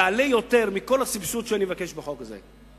יעלה יותר מכל הסבסוד שאני מבקש בחוק הזה.